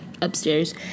upstairs